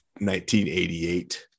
1988